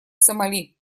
сомали